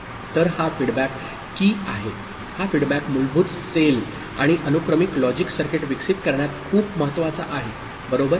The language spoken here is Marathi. तर हा फीडबॅक की आहे हा फीडबॅक मूलभूत सेल आणि अनुक्रमिक लॉजिक सर्किट विकसित करण्यात खूप महत्वाचा आहे बरोबर